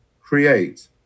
create